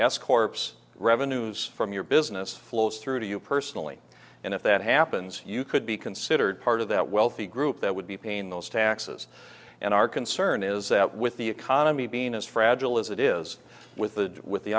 escorts revenues from your business flows through to you personally and if that happens you could be considered part of that wealthy group that would be paying those taxes and our concern is that with the economy being as fragile as it is with the with the